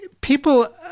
people